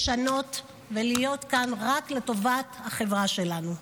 לשנות ולהיות כאן רק לטובת החברה שלנו.